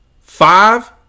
five